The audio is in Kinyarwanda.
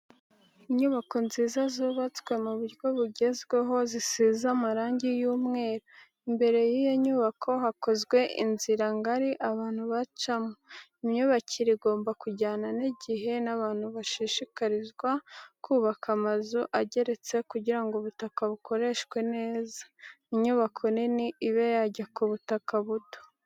Inyubako nziza zubatswe mu buryo bugezweho zisize amarangi y'umweru imbere y'iyo nyubako hakozwe inzira ngari abantu bacamo, imyubakire igomba kujyana n'igihe abantu bashishikarizwa kubaka amazu ageretse kugira ngo ubutaka bukoreshwe neza inyubako nini ibe yajya ku butaka buto.